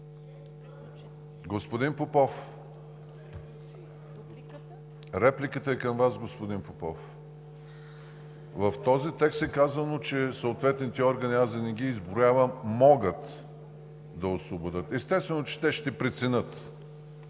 Господин Попов? Репликата е към Вас, господин Попов. В този текст е казано, че съответните органи – аз да не ги изброявам, могат да освободят. Естествено е, че те ще преценят